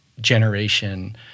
generation